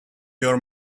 your